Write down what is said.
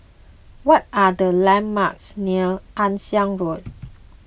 what are the landmarks near Ann Siang Road